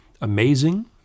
Amazing